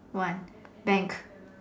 one thanks